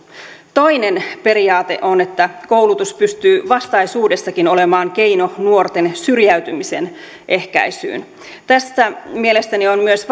toinen periaate on että koulutus pystyy vastaisuudessakin olemaan keino nuorten syrjäytymisen ehkäisyyn tässä mielestäni ovat myös